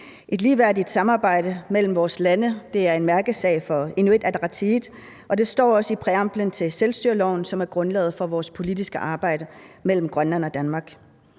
Et ligeværdigt samarbejde mellem vores lande er en mærkesag for Inuit Ataqatigiit, og det står også i præamblen til selvstyreloven, som er grundlaget for det politiske samarbejde mellem Grønland og Danmark.